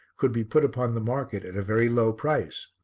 could be put upon the market at a very low price,